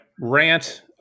rant